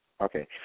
Okay